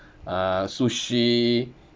uh sushi